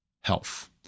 health